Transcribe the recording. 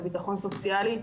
לביטחון סוציאלי,